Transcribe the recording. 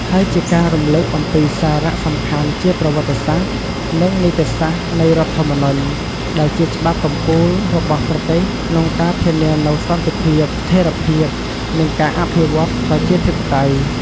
ហើយជាការរំលឹកអំពីសារៈសំខាន់ជាប្រវត្តិសាស្ត្រ និងនីតិសាស្ត្រនៃរដ្ឋធម្មនុញ្ញ ដែលជាច្បាប់កំពូលរបស់ប្រទេសក្នុងការធានានូវសន្តិភាព ស្ថេរភាព និងការអភិវឌ្ឍប្រជាធិបតេយ្យ។